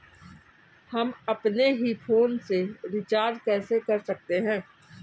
हम अपने ही फोन से रिचार्ज कैसे कर सकते हैं?